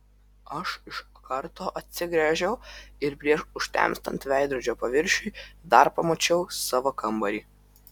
aš iš karto atsigręžiau ir prieš užtemstant veidrodžio paviršiui dar pamačiau savo kambarį